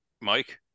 Mike